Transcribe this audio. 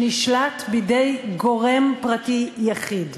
שנשלט בידי גורם פרטי יחיד.